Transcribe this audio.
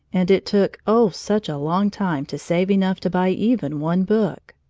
and it took, oh, such a long time to save enough to buy even one book!